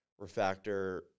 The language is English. Refactor